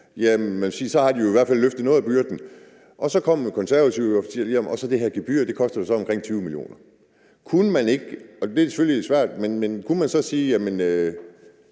så har de jo i hvert fald løftet noget af byrden. Så kommer Konservative og nævner, at der er det her gebyr, der koster dem omkring 20 mio. kr. Kunne man sige, og det er selvfølgelig svært, at det ikke